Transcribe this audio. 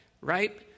right